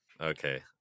okay